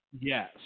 Yes